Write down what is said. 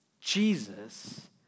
Jesus